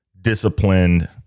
disciplined